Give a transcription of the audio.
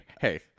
hey